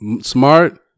Smart